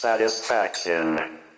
Satisfaction